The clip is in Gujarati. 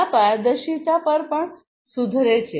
આ પારદર્શિતા પર પણ સુધરે છે